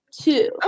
Two